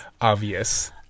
obvious